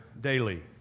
daily